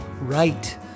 right